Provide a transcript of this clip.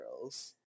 Girls